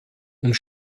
und